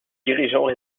dirigeants